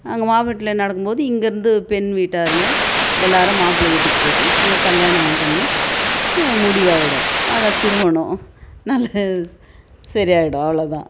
அங்கே மாப்பிள்ளை வீட்டில் என்ன நடக்கும்போது இங்கேயிருந்து பெண் வீட்டாருங்க எல்லோரும் மாப்பிள்ளை வீட்டுக்கு போய்ட்டு அங்கே கல்யாணம் பண்ணி முடிவாகிடும் அதான் திருமணம் நல்லா சரியாகிடும் அவ்வளோ தான்